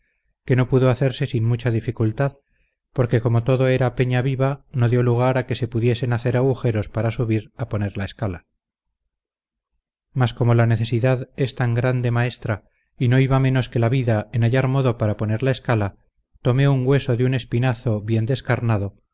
que no pudo hacerse sin mucha dificultad porque como todo era peña viva no dio lugar a que se pudiesen hacer agujeros para subir a poner la escala mas como la necesidad es tan grande maestra y no iba menos que la vida en hallar modo para poner la escala tomé un hueso de un espinazo bien descarnado